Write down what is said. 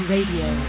Radio